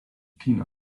tina